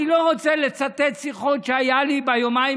אני לא רוצה לצטט שיחות שהיו לי ביומיים